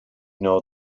know